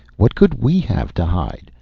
what could we have to hide?